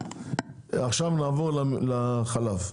עכשיו נעבור לחלב.